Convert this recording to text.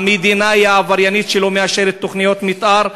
המדינה היא העבריינית שלא מאשרת תוכניות מתאר.